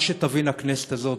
רק שתבין הכנסת הזאת,